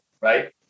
right